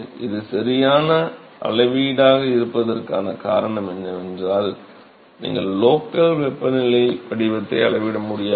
இது சரியான அளவீடாக இருப்பதற்கான காரணம் என்னவென்றால் நீங்கள் லோக்கல் வெப்பநிலை வடிவத்தை அளவிட முடியாது